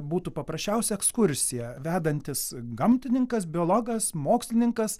būtų paprasčiausia ekskursija vedantis gamtininkas biologas mokslininkas